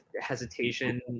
hesitation